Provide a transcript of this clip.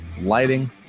lighting